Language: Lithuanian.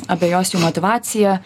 abejos jų motyvacija